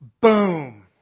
Boom